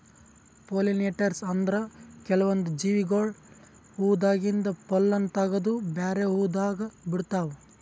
pollinators ಅಂದ್ರ ಕೆಲ್ವನ್ದ್ ಜೀವಿಗೊಳ್ ಹೂವಾದಾಗಿಂದ್ ಪೊಲ್ಲನ್ ತಗದು ಬ್ಯಾರೆ ಹೂವಾದಾಗ ಬಿಡ್ತಾವ್